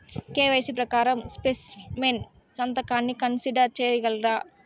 KYC ప్రకారం specimen సంతకాన్ని consider సేయగలరా?